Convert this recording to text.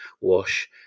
wash